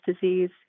disease